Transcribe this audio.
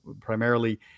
primarily